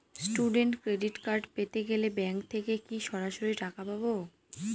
Student credit card পেতে গেলে bank থেকে কি সরাসরি টাকা পাবো?